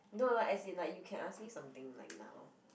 no no as in like you can ask me something like now